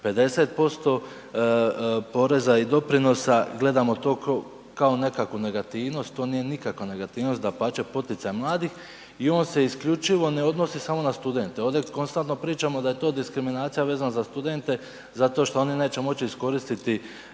50% poreza i doprinosa, gledamo to kao nekakvu negativnost, to nije nikakva negativnost, dapače poticaj mladih i on se isključiv ne odnosi samo na studente. Ovdje konstantno pričamo da je to diskriminacija vezano za studente zato što oni neće moći iskoristiti